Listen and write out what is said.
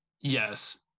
Yes